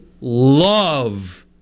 love